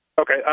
Okay